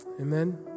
Amen